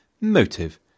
motive